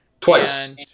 twice